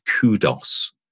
kudos